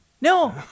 no